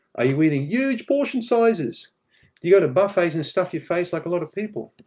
are you eating huge portion sizes? do you go to buffets and stuff your face, like a lot of people?